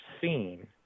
seen